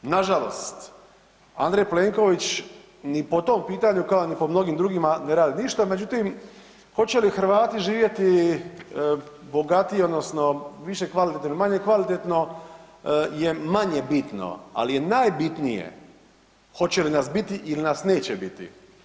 Nažalost Andrej Plenković ni po tom pitanju, kao ni po mnogim drugima ne radi ništa, međutim, hoće li Hrvati živjeti bogatiji odnosno više kvalitetno ili manje kvalitetno je manje bitno, ali je najbitnije, hoće li nas biti ili nas neće biti.